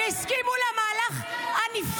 אין לי מקום לדמעות שלכם.